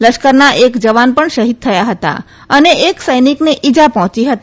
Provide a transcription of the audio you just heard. લશ્કરના એક જવાન પણ શહીદ થયા હતા અને એક સૈનિકને ઈજા પહોંચી હતી